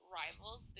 rivals